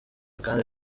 kandi